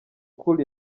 cool